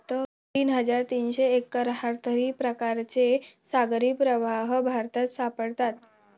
तीन हजार तीनशे एक्काहत्तर प्रकारचे सागरी प्रवाह भारतात सापडतात